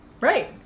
Right